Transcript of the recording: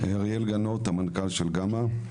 אריאל גנוט המנכל של גמא.